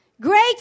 Great